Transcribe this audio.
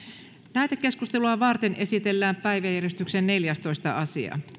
lähetekeskustelua varten esitellään päiväjärjestyksen neljästoista asia